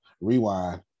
Rewind